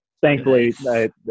thankfully